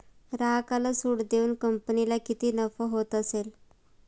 ग्राहकाला सूट देऊन कंपनीला किती नफा होत असेल